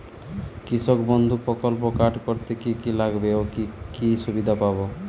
কৃষক বন্ধু প্রকল্প কার্ড করতে কি কি লাগবে ও কি সুবিধা পাব?